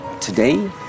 Today